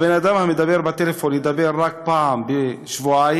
הבן-אדם שמדבר בטלפון ידבר רק פעם בשבועיים,